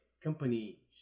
company